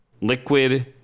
Liquid